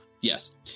Yes